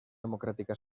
democrática